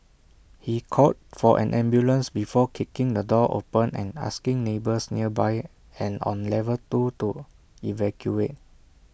he called for an ambulance before kicking the door open and asking neighbours nearby and on level two to evacuate